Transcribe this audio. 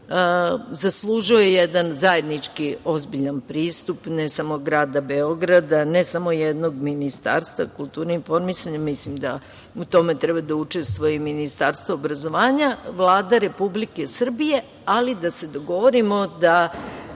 zaslužuje jedan zajednički ozbiljan pristup ne samo grada Beograda, ne samo jednog Ministarstva kulture i informisanja, mislim da u tome treba da učestvuje i Ministarstvo obrazovanja, Vlada Republike Srbije, ali da se dogovorimo da